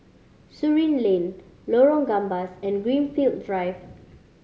Surin Lane Lorong Gambas and Greenfield Drive